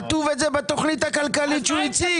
כתוב את זה בתכנית הכלכלית שהוא הציג.